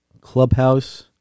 Clubhouse